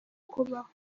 kubaho